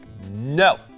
no